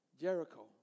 Jericho